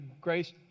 grace